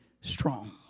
strong